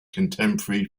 contemporary